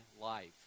life